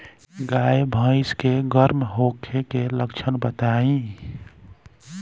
गाय भैंस के गर्म होखे के लक्षण बताई?